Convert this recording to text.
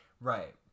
right